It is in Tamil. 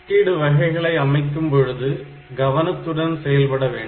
குறுக்கீடு வகைகளை அமைக்கும் பொழுது கவனத்துடன் செயல்பட வேண்டும்